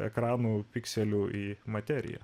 ekranų pikselių į materiją